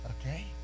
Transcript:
Okay